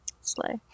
Slay